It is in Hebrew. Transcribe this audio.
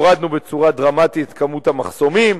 הורדנו בצורה דרמטית את כמות המחסומים,